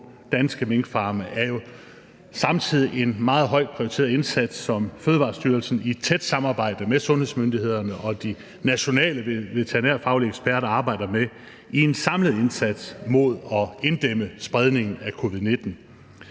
danske minkfarme er jo samtidig en meget højt prioriteret indsats, som Fødevarestyrelsen i et tæt samarbejde med sundhedsmyndighederne og de nationale veterinærfaglige eksperter arbejder med i en samlet indsats for at inddæmme spredningen af covid-19.